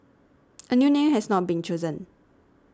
a new name has not been chosen